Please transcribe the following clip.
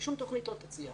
אין תוכנית שתצליח.